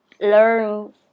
learn